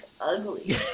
ugly